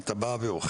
אתה בא ואוכל,